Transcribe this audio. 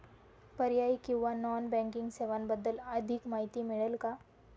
पर्यायी किंवा non banking सेवांबद्दल अधिक माहिती मिळेल का?